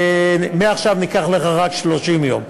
ומעכשיו ניקח לך רק 30 יום.